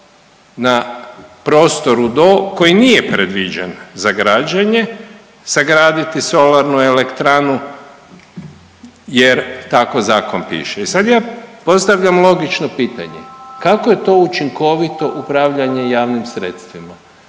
na prostoru do koji nije predviđen za građenje sagraditi solarnu elektranu jer tako zakon piše. I sad ja postavljam logično pitanje, kako je to učinkovito upravljanje javnim sredstvima?